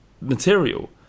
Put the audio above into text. material